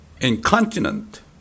incontinent